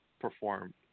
perform